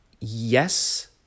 yes